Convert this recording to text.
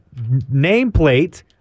nameplate